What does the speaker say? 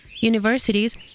universities